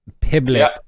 Piblet